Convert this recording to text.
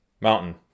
mountain